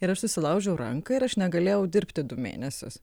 ir aš susilaužiau ranką ir aš negalėjau dirbti du mėnesius